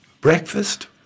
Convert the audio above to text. Breakfast